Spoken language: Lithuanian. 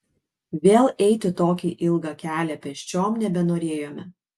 vėl eiti tokį ilgą kelią pėsčiom nebenorėjome